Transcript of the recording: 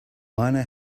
miner